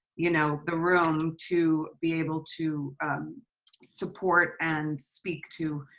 you know, the room to be able to support and speak to,